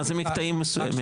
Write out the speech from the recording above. מה זה מקטעים מסוימים?